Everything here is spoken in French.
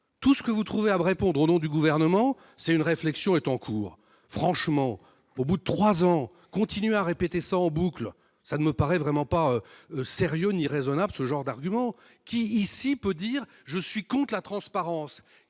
tout ce que vous trouvez à de répondre au nom du gouvernement, c'est une réflexion est en cours, franchement, au bout de 3 ans continue à répéter ça en boucle, ça me paraît vraiment pas sérieux ni raisonnable ce genre d'arguments qui ici peut dire je suis compte la transparence